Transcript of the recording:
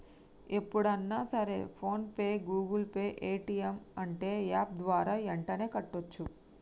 ఎప్పుడన్నా సరే PhonePe Google Pay Paytm అంటే యాప్ ద్వారా యెంటనే కట్టోచ్చు